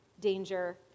danger